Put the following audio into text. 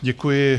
Děkuji.